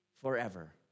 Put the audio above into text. forever